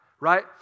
right